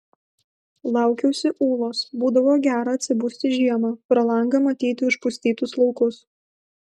laukiausi ūlos būdavo gera atsibusti žiemą pro langą matyti užpustytus laukus